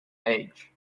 age